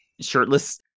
shirtless